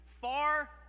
far